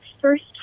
first